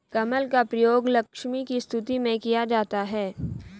कमल का प्रयोग लक्ष्मी की स्तुति में किया जाता है